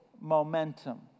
momentum